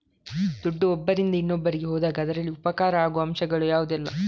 ದುಡ್ಡು ಒಬ್ಬರಿಂದ ಇನ್ನೊಬ್ಬರಿಗೆ ಹೋದಾಗ ಅದರಲ್ಲಿ ಉಪಕಾರ ಆಗುವ ಅಂಶಗಳು ಯಾವುದೆಲ್ಲ?